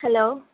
hello